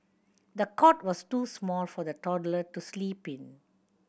the cot was too small for the toddler to sleep in